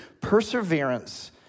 perseverance